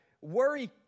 Worry